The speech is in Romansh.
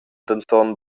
denton